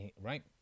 right